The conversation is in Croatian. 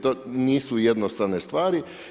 To nisu jednostavne stvari.